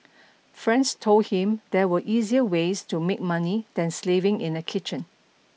friends told him there were easier ways to make money than slaving in a kitchen